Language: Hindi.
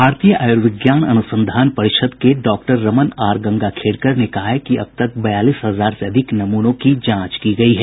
भारतीय आयुर्विज्ञान अनुसंधान परिषद के डॉक्टर रमन आर गंगाखेड़कर ने कहा कि अब तक बयालीस हजार से अधिक नमूनों की जांच की गई है